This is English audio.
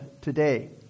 today